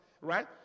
right